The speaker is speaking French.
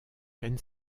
ken